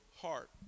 heart